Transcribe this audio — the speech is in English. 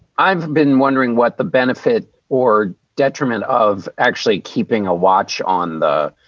i've been wondering what the benefit or detriment of actually keeping a watch on the